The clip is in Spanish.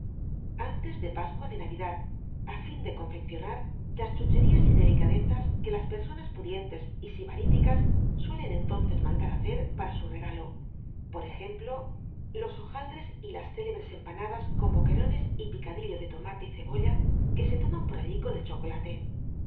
antes de pascua de navi dad á fin de confeccionar las chucherías y delica dezas que las personas pudientes y sibaríticas sue len entonces mandar hacer para su regalo por ejemplo los hojaldres y las célebres empanadas con boquerones y picadillo de tomate y cebolla que se toman por allí con el chocolate